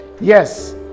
yes